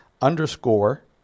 underscore